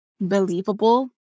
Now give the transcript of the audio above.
believable